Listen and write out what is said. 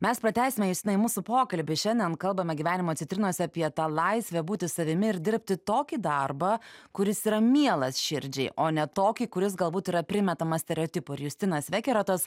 mes pratęsime justinai mūsų pokalbį šiandien kalbame gyvenimo citrinose apie tą laisvę būti savimi ir dirbti tokį darbą kuris yra mielas širdžiai o ne tokį kuris galbūt yra primetamas stereotipų ir justinas vekerotas